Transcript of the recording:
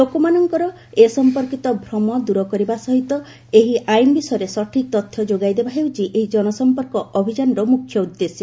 ଲୋକଙ୍କର ଏ ସଂପର୍କିତ ଭ୍ରମ ଦୂର କରିବା ସହିତ ଏହି ଆଇନ ବିଷୟରେ ସଠିକ୍ ତଥ୍ୟ ଯୋଗାଇଦେବା ହେଉଛି ଏହି ଜନସଂପର୍କ ଅଭିଯାନର ମୁଖ୍ୟ ଉଦ୍ଦେଶ୍ୟ